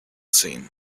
seen